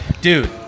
dude